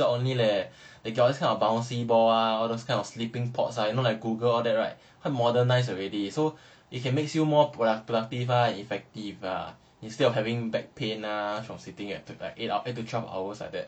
ya nowadays the office ah the new modern kind [one] lah not just the desk jobs only leh they got this kind of bouncy ball ah or those kind of sleeping pods ah you know like google all that right quite modernized already so it can makes you more productive ah and effective lah instead of having back pain ah from sitting at like eight hours to twelve hours like that